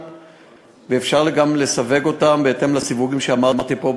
אפשר גם לסווג אותם בהתאם לסיווגים שאמרתי פה,